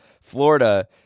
Florida